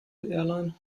airline